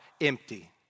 empty